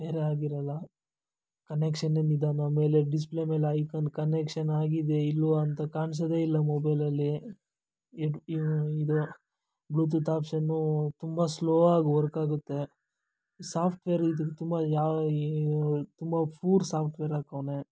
ಫೇರೇ ಆಗಿರಲ್ಲ ಕನೆಕ್ಷನ್ನೇ ನಿಧಾನ ಮೇಲೆ ಡಿಸ್ಪ್ಲೇ ಮೇಲೆ ಐಕಾನ್ ಕನೆಕ್ಷನ್ನಾಗಿದೆ ಇಲ್ವಾ ಅಂತ ಕಾಣಿಸೋದೇ ಇಲ್ಲ ಮೊಬೈಲಲ್ಲಿ ಇವು ಇದು ಬ್ಲೂತೂತ್ ಆಪ್ಷನ್ನೂ ತುಂಬ ಸ್ಲೋ ಆಗಿ ವರ್ಕಾಗುತ್ತೆ ಸಾಫ್ಟ್ವೇರ್ ಇದು ತುಂಬ ಯಾವ ತುಂಬ ಫೂರ್ ಸಾಫ್ಟ್ವೇರ್ ಹಾಕವ್ನೆ